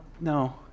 no